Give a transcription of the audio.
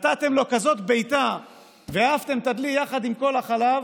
נתתם לו כזאת בעיטה והעפתם את הדלי יחד עם כל החלב,